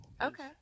Okay